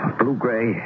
blue-gray